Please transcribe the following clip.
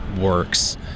works